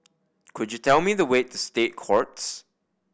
could you tell me the way to State Courts